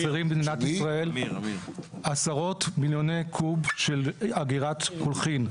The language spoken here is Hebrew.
חסרים במדינת ישראל עשרות מיליוני קוב של אגירת קולחין.